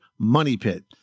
MONEYPIT